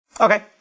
Okay